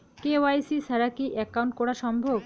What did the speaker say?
KYC ছাড়া কি account করা সম্ভব?